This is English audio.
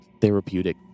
therapeutic